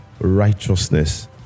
righteousness